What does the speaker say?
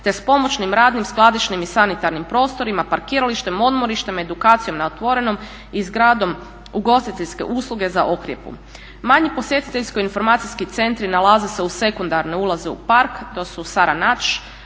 te s pomoćnim radnim, skladišnim i sanitarnim prostorima, parkiralištem, odmorištem, edukacijom na otvorenom i zgradom ugostiteljske usluge za okrjepu. Manji posjetiteljsko-informacijski centri nalaze se uz sekundarne ulaze u park. To su Saranač,